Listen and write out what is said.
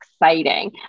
exciting